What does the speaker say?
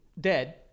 dead